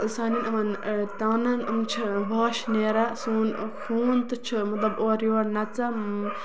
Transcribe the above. سانٮ۪ن یِمن تانن یِم چھِ واش نیران سون ہُہُند فون تہِ چھُ مطلب اورٕ یورٕ نَژان